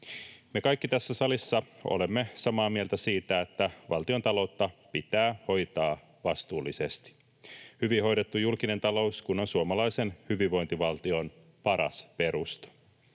Me kaikki tässä salissa olemme samaa mieltä siitä, että valtiontaloutta pitää hoitaa vastuullisesti, hyvin hoidettu julkinen talous kun on suomalaisen hyvinvointivaltion paras perusta.